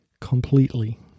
completely